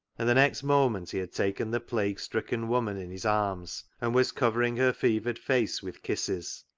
and the next moment he had taken the plague stricken woman in his arms and was covering her fevered face with kisses.